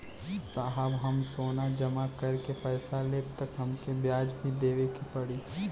साहब हम सोना जमा करके पैसा लेब त हमके ब्याज भी देवे के पड़ी?